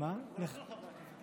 לכל חברי הכנסת.